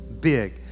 big